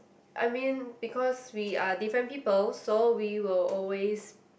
I mean because we are different people so we will always